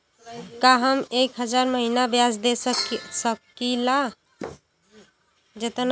का हम एक हज़ार महीना ब्याज दे सकील?